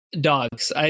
Dogs